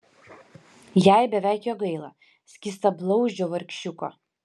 jai beveik jo gaila skystablauzdžio vargšiuko